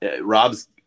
Rob's